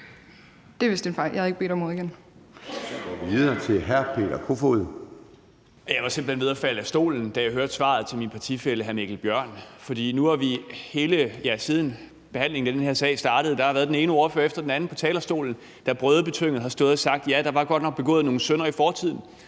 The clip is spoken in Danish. (Søren Gade): Så går vi videre til hr. Peter Kofod. Kl. 10:43 Peter Kofod (DF): Jeg var simpelt hen ved at falde ned af stolen, da jeg hørte svaret til min partifælle hr. Mikkel Bjørn. For nu har der, siden behandlingen af den her sag startede, været den ene ordfører efter den anden på talerstolen, der brødebetynget har stået og sagt, at der godt nok var begået nogle synder i fortiden.